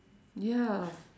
ya